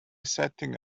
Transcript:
setting